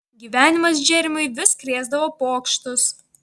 gyvenimas džeremiui vis krėsdavo pokštus